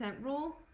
rule